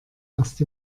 erst